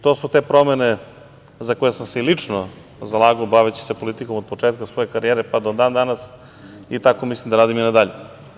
To su te promene za koje sam se i lično zalagao baveći se politikom od početka svoje karijere, pa do dan-danas, i tako mislim da radim i nadalje.